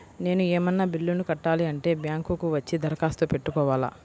నేను ఏమన్నా బిల్లును కట్టాలి అంటే బ్యాంకు కు వచ్చి దరఖాస్తు పెట్టుకోవాలా?